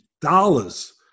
dollars